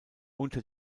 unter